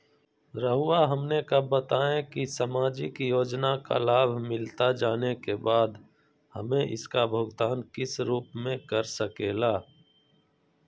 रहुआ हमने का बताएं की समाजिक योजना का लाभ मिलता जाने के बाद हमें इसका भुगतान किस रूप में कर सके ला?